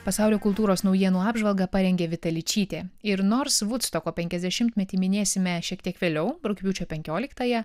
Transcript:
pasaulio kultūros naujienų apžvalgą parengė vita ličytė ir nors vudstoko penkiasdešimtmetį minėsime šiek tiek vėliau rugpjūčio penkioliktąją